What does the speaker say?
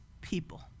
people